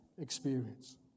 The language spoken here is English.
experience